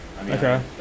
Okay